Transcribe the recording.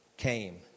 Came